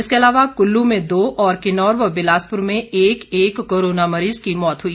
इसके अलावा कुल्लू में दो और किन्नौर व बिलासपुर में एक एक कोरोना मरीज की मौत हुई